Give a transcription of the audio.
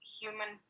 human